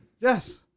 Yes